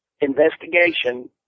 investigation